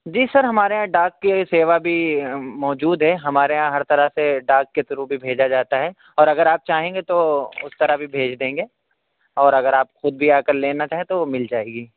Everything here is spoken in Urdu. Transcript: جی سر ہمارے یہاں ڈاک کی سیوا بھی موجود ہے ہمارے یہاں ہر طرح سے ڈاک کے تھرو بھی بھیجا جاتا ہے اور اگر آپ چاہیں گے تو اس طرح بھی بھیج دیں گے اور اگر آپ خود بھی آ کر لینا چاہیں تو مل جائے گی